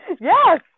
Yes